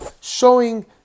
showing